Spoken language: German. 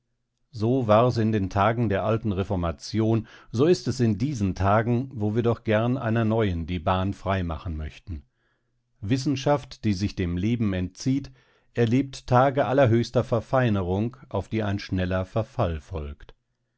so war es in den tagen der alten reformation so ist es in diesen tagen wo wir doch gern einer neuen die bahn freimachen möchten wissenschaft die sich dem leben entzieht erlebt tage allerhöchster verfeinerung auf die ein schneller verfall folgt